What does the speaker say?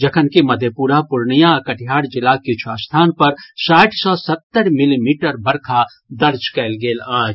जखनकि मधेपुरा पूर्णिया आ कटिहार जिलाक किछु स्थान पर साठि सँ सत्तरि मिलीमीटर बरखा दर्ज कयल गेल अछि